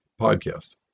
podcast